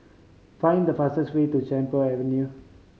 find the fastest way to Camphor Avenue